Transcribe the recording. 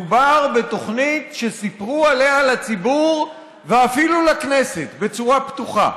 מדובר בתוכנית שסיפרו עליה לציבור ואפילו לכנסת בצורה פתוחה.